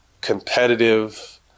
competitive